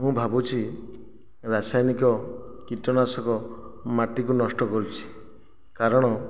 ମୁଁ ଭାବୁଛି ରାସାୟନିକ କୀଟନାଶକ ମାଟିକୁ ନଷ୍ଟ କରୁଛି କାରଣ